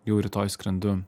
jau rytoj skrendu